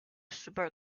super